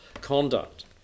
conduct